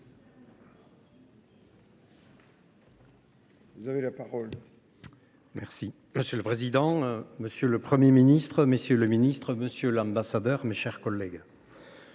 vous avez la parole.